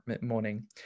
morning